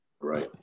Right